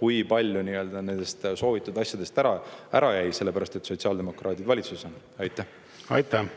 kui paljud nendest soovitud asjadest ära jäid, sellepärast et sotsiaaldemokraadid valitsuses on. Aitäh!